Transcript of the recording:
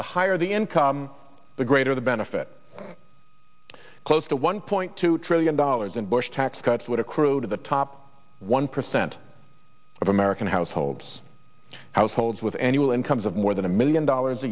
the higher the income the greater the benefit of close to one point two trillion dollars and bush tax cuts would accrue to the top one percent of american households households with annual incomes of more than a million dollars a